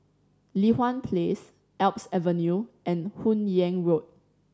Li Hwan Place Alps Avenue and Hun Yeang Road